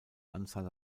anzahl